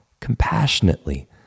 compassionately